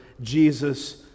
Jesus